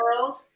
world